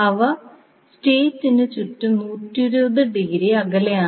അവ സ്റ്റേറ്ററിന് ചുറ്റും 120 ഡിഗ്രി അകലെയാണ്